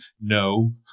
no